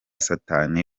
satani